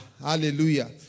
hallelujah